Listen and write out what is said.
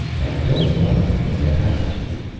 i don't want anything to happen to you,